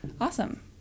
Awesome